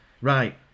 Right